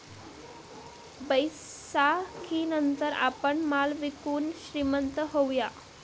बैसाखीनंतर आपण माल विकून श्रीमंत होऊया